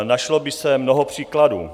Našlo by se mnoho příkladů.